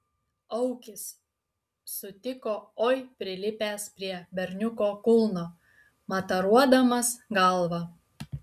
aukis sutiko oi prilipęs prie berniuko kulno mataruodamas galva